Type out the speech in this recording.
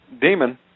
demon